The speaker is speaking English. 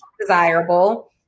desirable